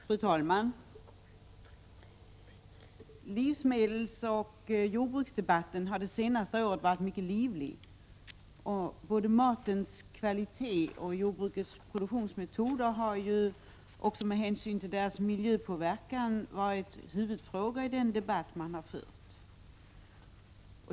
Fru talman! Livsmedelsoch jordbruksdebatten har det senaste året varit mycket livlig. Både matens kvalitet och jordbrukets produktionsmetoder har, också med hänsyn till deras miljöpåverkan, varit huvudfrågan i den debatt som förts.